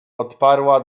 odparła